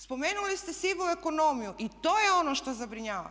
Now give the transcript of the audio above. Spomenuli ste sivu ekonomiju i to je ono što zabrinjava.